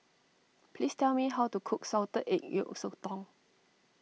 please tell me how to cook Salted Egg Yolk Sotong